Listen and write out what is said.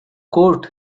court